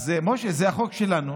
משה, זה החוק שלנו.